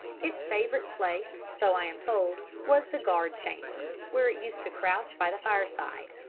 its favourite place, so i am told, was the guard-chamber, where it used to crouch by the fireside.